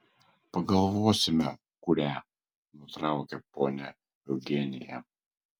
pagalvosime kurią nutraukė ponia eugenija